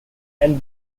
and